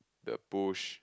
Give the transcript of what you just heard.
the push